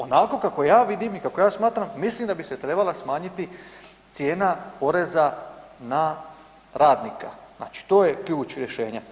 Onako kako ja vidim i kako ja smatram mislim da bi se trebala smanjiti cijena poreza na radnika, znači to je ključ rješenja.